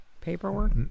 Paperwork